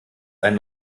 ein